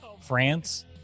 France